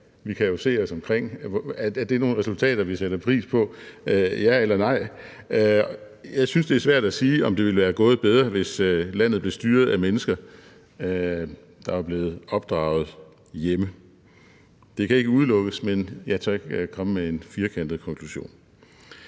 Vi kan jo se os omkring – er det nogle resultater, vi sætter pris på? Ja eller nej. Jeg synes, det er svært at sige, om det ville være gået bedre, hvis landet blev styret af mennesker, der var blevet opdraget hjemme. Det kan ikke udelukkes, men jeg tør ikke komme med en firkantet konklusion.